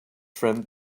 friend